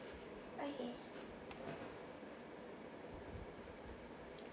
okay